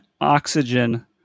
oxygen